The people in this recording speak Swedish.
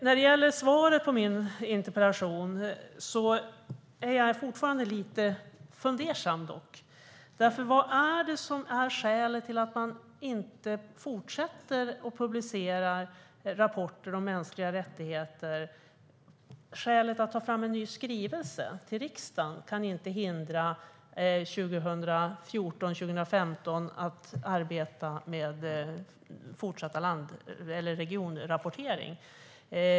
När det gäller svaret på min interpellation är jag dock fortfarande lite fundersam. Vad är skälet till att man inte fortsätter att publicera rapporter om mänskliga rättigheter? Skälet till att ta fram en ny skrivelse till riksdagen kan inte hindra att man 2014-2015 arbetar med fortsatt region-rapportering.